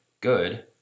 good